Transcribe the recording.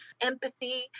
empathy